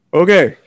okay